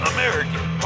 American